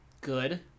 Good